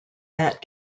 that